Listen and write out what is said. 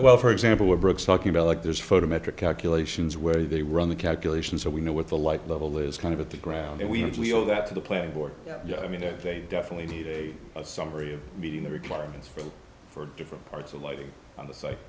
well for example what brooks talking about like there's photometric calculations where they run the calculations so we know what the light level is kind of at the ground and we owe that to the planning board yeah i mean it they definitely need a summary of meeting the requirements for for different parts of lighting on the site